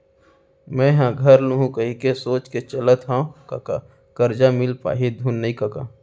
मेंहा घर लुहूं कहिके सोच के चलत हँव कका करजा मिल पाही धुन नइ कका